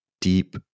deep